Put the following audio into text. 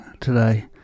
today